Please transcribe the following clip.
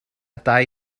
dau